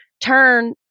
Turn